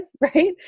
right